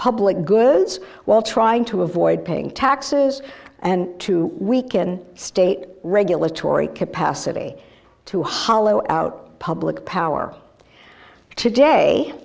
public goods while trying to avoid paying taxes and to weaken state regulatory capacity to hollow out public power today